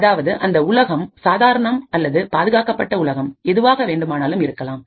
அதாவது அந்த உலகம் சாதாரண அல்லது பாதுகாக்கப்பட்ட உலகம் எதுவாக வேண்டுமானாலும் இருக்கலாம்